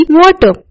water